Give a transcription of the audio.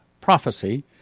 Prophecy